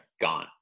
gone